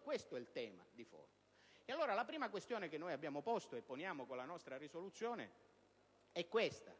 Questo è il tema di fondo. Allora, la prima questione che abbiamo posto e poniamo con la nostra proposta di risoluzione è questa: